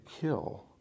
kill